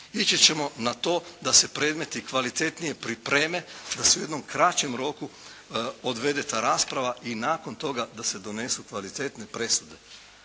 Ići ćemo na to da se predmeti kvalitetnije pripreme, da se u jednom kraćem roku odvede ta rasprava i nakon toga da se donesu kvalitetne presude.